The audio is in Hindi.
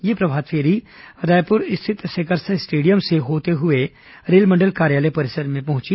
यह प्रभात फेरी रायपुर स्थित सेकरसा स्टेडियम से होते हुए रेलमंडल कार्यालय पसिर में पहुंची